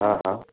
हा हा